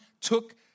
took